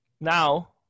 now